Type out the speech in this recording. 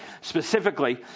specifically